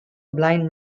blind